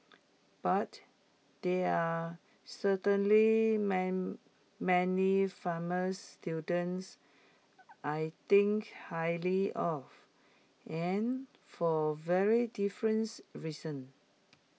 but there are certainly man many former students I think highly of and for very difference reasons